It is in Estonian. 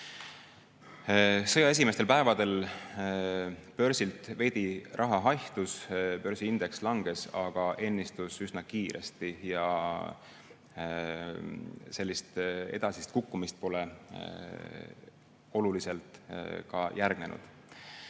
Sõja esimestel päevadel börsilt veidi raha haihtus, börsiindeks langes, aga see ennistus üsna kiiresti ja edasist kukkumist pole järgnenud.